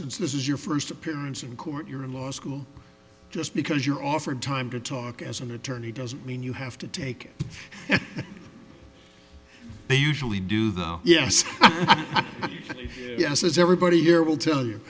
since this is your first appearance in court you're in law school just because you're offered time to talk as an attorney doesn't mean you have to take they usually do the yes yes as everybody here will tell you